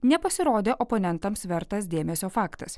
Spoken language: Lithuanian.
nepasirodė oponentams vertas dėmesio faktas